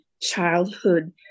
childhood